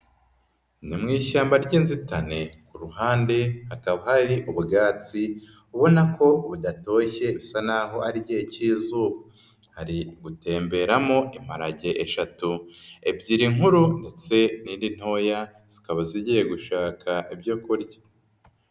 Ni mu ishyamba ry'inzitane ku ruhande hakaba hari ubwatsi ubona ko budatoshye bisa n'aho ari igihe k'izuba, hari gutemberamo imparage eshatu, ebyiri nkuru ndetse n'indi ntoya zikaba zigiye gushaka ibyo kurya.